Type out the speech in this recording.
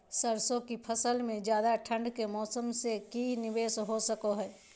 सरसों की फसल में ज्यादा ठंड के मौसम से की निवेस हो सको हय?